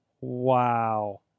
Wow